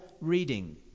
reading